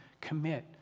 commit